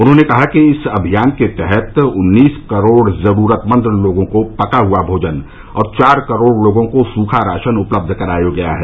उन्होंने कहा कि इस अभियान के तहत उन्नीस करोड़ जरूरतमंद लोगों को पका हुआ भोजन और चार करोड़ लोगों को सुखा राशन उपलब्ध कराया गया है